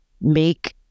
make